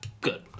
Good